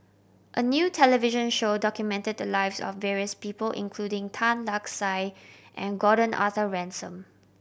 a new television show documented the lives of various people including Tan Lark Sye and Gordon Arthur Ransome